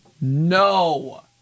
No